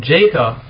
Jacob